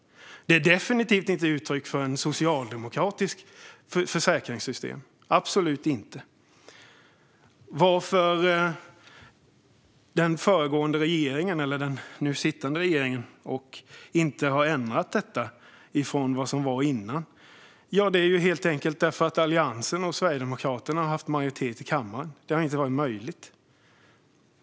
Det är definitivt inte uttryck för ett socialdemokratiskt försäkringssystem. Det ställdes en fråga om varför den föregående - den nu sittande - regeringen inte har ändrat detta från vad som gällde innan. Det är helt enkelt därför att Alliansen och Sverigedemokraterna har haft majoritet i kammaren. Det har inte varit möjligt.